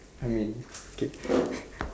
I mean K